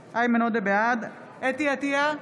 בעד חוה אתי עטייה,